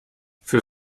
für